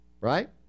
Right